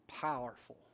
powerful